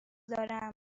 دارم